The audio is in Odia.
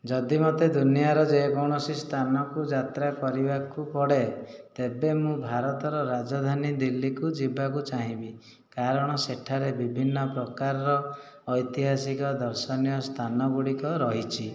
ଯଦି ମୋତେ ଦୁନିଆର ଯେକୌଣସି ସ୍ଥାନକୁ ଯାତ୍ରା କରିବାକୁ ପଡ଼େ ତେବେ ମୁଁ ଭାରତର ରାଜଧାନୀ ଦିଲ୍ଲୀକୁ ଯିବାକୁ ଚାହିଁବି କାରଣ ସେଠାରେ ବିଭିନ୍ନ ପ୍ରକାରର ଐତିହାସିକ ଦର୍ଶନୀୟ ସ୍ଥାନଗୁଡ଼ିକ ରହିଛି